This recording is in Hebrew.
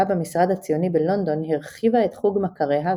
במשרד הציוני בלונדון הרחיבה את חוג מכריה,